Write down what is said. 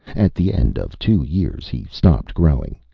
at the end of two years, he stopped growing.